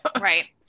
Right